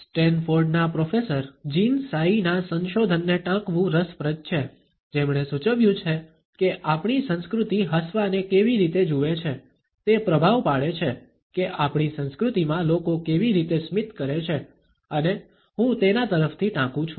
સ્ટેનફોર્ડના professor Jeanne સાઈના સંશોધનને ટાંકવું રસપ્રદ છે જેમણે સૂચવ્યું છે કે આપણી સંસ્કૃતિ હસવાને કેવી રીતે જુએ છે તે પ્રભાવ પાડે છે કે આપણી સંસ્કૃતિમાં લોકો કેવી રીતે સ્મિત કરે છે અને હું તેના તરફથી ટાંકું છું